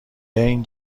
این